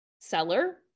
seller